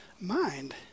mind